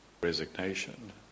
resignation